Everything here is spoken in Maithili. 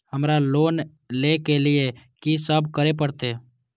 हमरा लोन ले के लिए की सब करे परते?